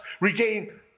regain